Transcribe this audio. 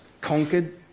conquered